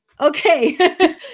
Okay